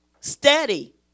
Steady